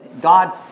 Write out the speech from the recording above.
God